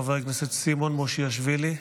חבר הכנסת סימון מושיאשוילי,